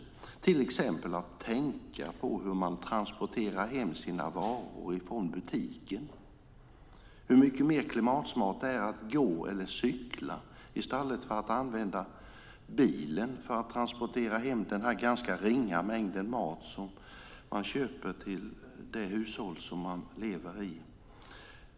Det gäller till exempel att tänka på hur man transporterar hem sina varor från butiken. Det är mycket mer klimatsmart att gå eller cykla i stället för att använda bilen för att transportera hem den ringa mängden mat som köps in till hushållet.